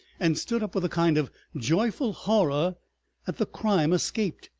and stood up with a kind of joyful horror at the crime escaped,